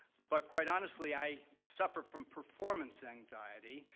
but quite honestly i suffer from performance anxiety,